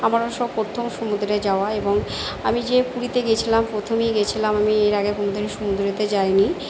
আমরা সব প্রথম সমুদ্রে যাওয়া এবং আমি যে পুরীতে গিয়েছিলাম প্রথমেই গিয়েছিলাম আমি এর আগে কোনো দিন সমুদ্রে যাইনি